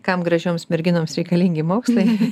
kam gražioms merginoms reikalingi mokslai